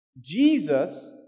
Jesus